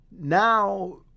Now